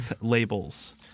labels